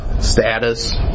Status